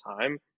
time